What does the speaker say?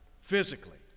physically